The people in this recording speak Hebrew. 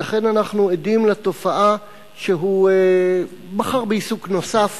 ולכן אנחנו עדים לתופעה שהוא בחר בעיסוק נוסף